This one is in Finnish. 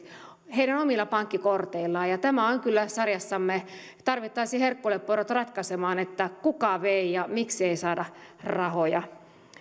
heidän omilla pankkikorteillaan tämä on kyllä sarjassamme että tarvittaisiin hercule poirot ratkaisemaan kuka vei ja miksei saada rahoja